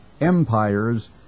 empires